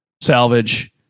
salvage